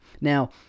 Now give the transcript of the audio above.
Now